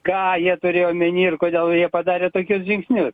ką jie turėjo omeny ir kodėl jie padarė tokius žingsnius